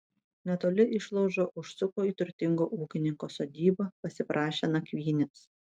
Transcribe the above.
netoli išlaužo užsuko į turtingo ūkininko sodybą pasiprašė nakvynės